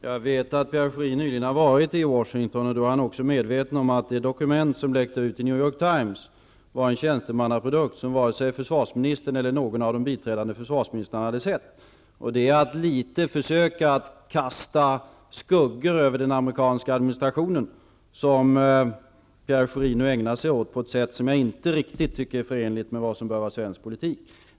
Herr talman! Jag vet att Pierre Schori nyligen har varit i Washington, och därmed är han också medveten om att det dokument som läckte ut i New York Times var en tjänstemannaprodukt som vare sig försvarsministern eller någon av de biträdande försvarsministrarna hade sett. Det som Pierre Schori nu ägnar sig åt är att försöka kasta skuggor över den amerikanska administrationen på ett sätt jag inte riktigt tycker är förenligt med vad som bör vara svensk politik.